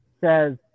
says